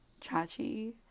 chachi